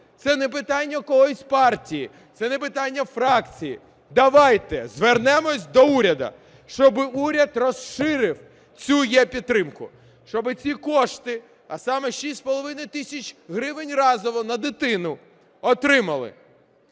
Це не питання когось з партії, це не питання фракції, давайте звернемось до уряду, щоб уряд розширив цю єПідтримку, щоб ці кошти, а саме 6,5 тисяч гривень разово на дитину, отримали